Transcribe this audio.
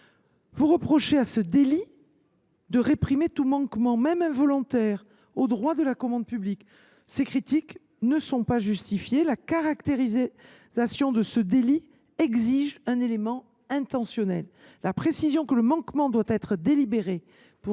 Ils reprochent à ce délit de réprimer tout manquement, même involontaire, au droit de la commande publique. Ces critiques ne sont pas justifiées. La caractérisation de ce délit exige un élément intentionnel. Il n’est pas utile de préciser que le manquement doit être délibéré pour